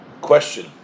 question